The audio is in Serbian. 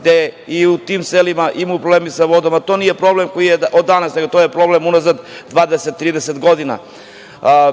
gde i u tim selima imaju probleme sa vodom, a to nije problem koji je od danas, nego to je problem unazad 20,30 godina.